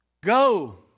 Go